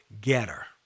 getter